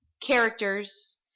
characters